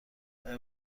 آیا